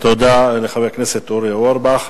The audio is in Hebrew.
תודה לחבר הכנסת אורי אורבך.